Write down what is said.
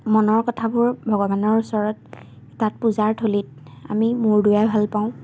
মনৰ কথাবোৰ ভগৱানৰ ওচৰত তাত পূজাৰ থলীত আমি মূৰ দোৱাই ভাল পাওঁ